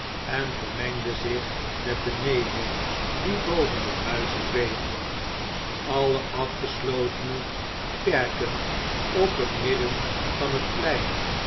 en vermengde zich met den nevel die boven de huizen zweefde alle afgeslotene perken op het midden van t plein